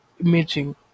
imaging